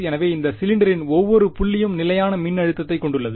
எனவே இந்த சிலிண்டரின் ஒவ்வொரு புள்ளியும் நிலையான மின்னழுத்தத்தைக் கொண்டுள்ளது